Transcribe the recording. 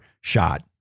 shot